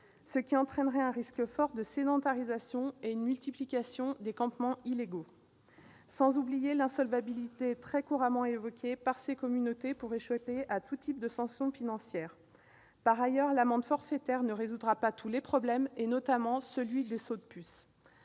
ce qui entraînera un risque fort de sédentarisation et une multiplication des campements illégaux, sans oublier l'insolvabilité très couramment évoquée par ces communautés pour échapper à tout type de sanction financière. Par ailleurs, l'amende forfaitaire ne résoudra pas tous les problèmes, notamment celui des « sauts de puce